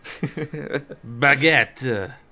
Baguette